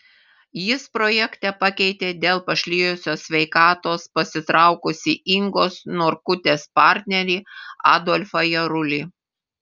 jis projekte pakeitė dėl pašlijusios sveikatos pasitraukusį ingos norkutės partnerį adolfą jarulį